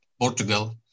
Portugal